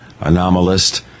anomalist